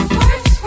words